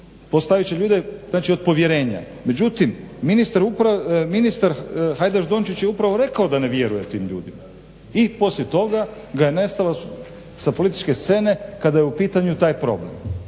Postavit će ljude znači od povjerenja. Međutim, ministar Hajdaš-Dončić je upravo rekao da ne vjeruje tim ljudima i poslije toga ga je nestalo sa političke scene kada je u pitanju taj problem.